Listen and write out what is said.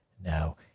Now